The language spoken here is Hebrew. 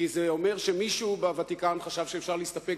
כי זה אומר שמישהו בוותיקן חשב שאפשר להסתפק